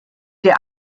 der